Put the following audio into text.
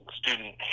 student